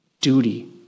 duty